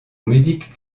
musique